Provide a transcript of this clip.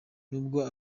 n’ubwo